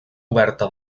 coberta